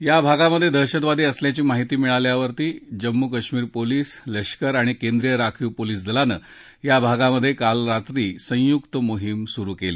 या भागात दहशतवादी असल्याची माहिती मिळाल्यावर जम्मू कश्मीर पोलीस लष्कर आणि केंद्रीय राखीव पोलीस दलानं या भागात काल रात्र संयुक्त मोहीम सुरु केली